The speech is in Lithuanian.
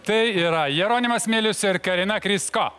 tai yra jeronimas milius ir karina krysko